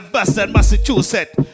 Massachusetts